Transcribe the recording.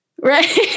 Right